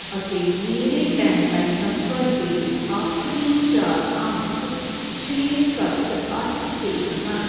ਅਤੇ ਮੇਰੇ landline number ਦੇ ਆਖਰੀ ਚਾਰ ਅੰਕ ਛੇ ਸੱਤ ਅੱਠ ਤਿੰਨ ਹਨ